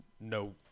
no